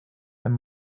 and